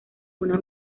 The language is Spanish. una